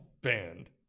Banned